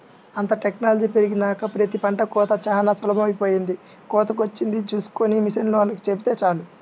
అంతా టెక్నాలజీ పెరిగినాక ప్రతి పంట కోతా చానా సులభమైపొయ్యింది, కోతకొచ్చింది చూస్కొని మిషనోల్లకి చెబితే చాలు